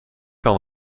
kan